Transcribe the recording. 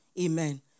Amen